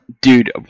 dude